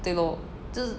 对咯就是